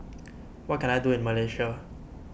what can I do in Malaysia